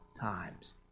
times